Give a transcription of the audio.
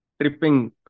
tripping